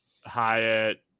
Hyatt